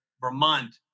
Vermont